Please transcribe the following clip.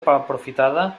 aprofitada